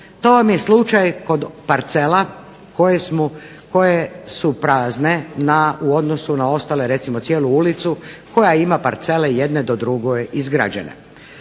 to vam je slučaj kod parcela koje su prazne u odnosu na ostale, recimo cijelu ulicu koja ima parcele jedne do druge izgrađene.